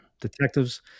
detectives